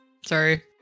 Sorry